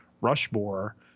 Rushmore